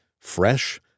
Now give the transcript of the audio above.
Fresh